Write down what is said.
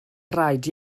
rhaid